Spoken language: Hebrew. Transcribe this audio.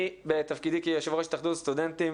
אני בתפקידי כיושב-ראש התאחדות הסטודנטים,